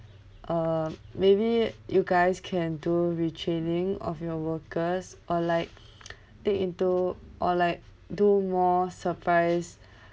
uh maybe you guys can do retraining of your workers or like dig into or like do more surprise